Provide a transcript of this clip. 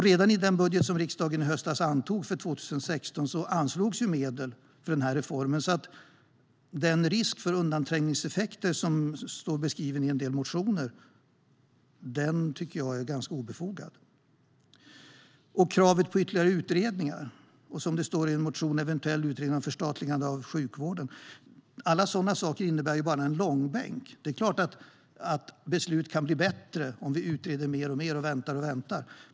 Redan i den budget som riksdagen i höstas antog för 2016 anslogs medel för denna reform, så den oro för undanträngningseffekter som står beskriven i en del motioner anser jag är ganska obefogad. Krav på ytterligare utredningar och, som det står i en motion, en eventuell utredning av ett förstatligande av sjukvården innebär bara en långbänk. Det är klart att förslag och beslut kan bli bättre om vi utreder mer och väntar.